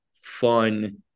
fun